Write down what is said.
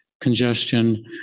congestion